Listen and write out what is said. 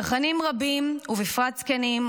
צרכנים רבים, ובפרט זקנים,